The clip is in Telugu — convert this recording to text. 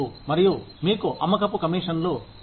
మరియు మీకు అమ్మకపు కమీషన్లు ఉన్నాయి